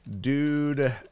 dude